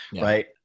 Right